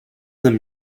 them